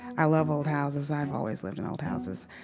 i love old houses. i've always lived in old houses.